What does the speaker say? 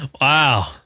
Wow